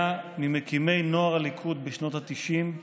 היה ממקימי נוער הליכוד בשנות התשעים,